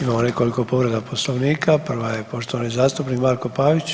Imamo nekoliko povreda poslovnika, prava je poštovani zastupnik Marko Pavić.